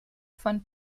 von